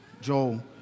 Joel